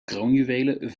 kroonjuwelen